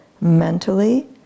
mentally